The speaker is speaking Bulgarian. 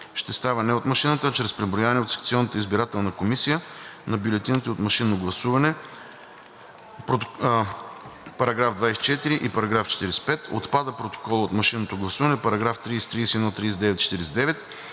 ще става не от машината, а чрез преброяване от секционната избирателна комисия на бюлетините от машинното гласуване –§ 24 и § 45, отпада протоколът от машинното гласуване –§ 30, 31, 39, 49,